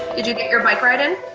you get your bike ride in?